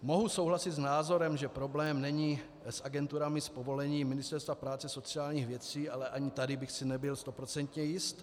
Mohu souhlasit s názorem, že problém není s agenturami s povolením Ministerstva práce a sociálních věcí, ale ani tady bych si nebyl stoprocentně jist.